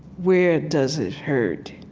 where does it hurt?